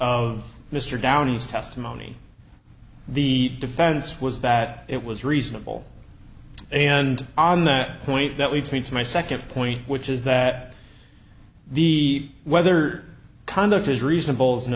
of mr downey's testimony the defense was that it was reasonable and on that point that leads me to my second point which is that the weather conduct is reasonable a